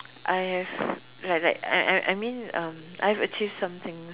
I have like like I I I mean um I've achieved something